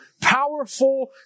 powerful